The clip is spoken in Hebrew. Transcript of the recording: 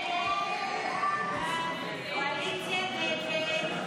הסתייגות 18 לא נתקבלה.